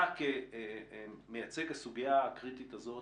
אתה, כמייצג הסוגיה הקריטית הזאת